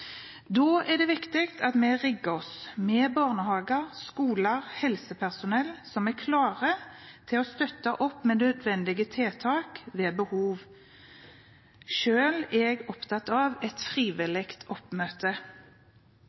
Da er det viktig at vi har rigget oss, slik at barnehager, skoler og helsepersonell er klare til å støtte opp med nødvendige tiltak ved behov. Selv er jeg opptatt av et frivillig oppmøte.